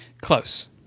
Close